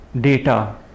data